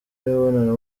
imibonano